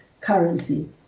currency